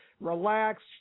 relax